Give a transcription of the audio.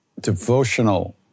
devotional